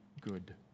good